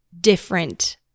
different